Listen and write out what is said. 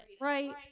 Right